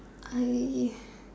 I